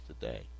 today